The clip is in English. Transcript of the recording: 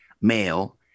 male